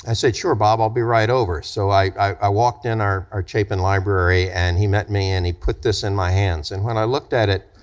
i said, sure, bob, i'll be right over, so i i walked in our our chapin library and he met me and he put this in my hands, and when i looked at it,